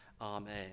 amen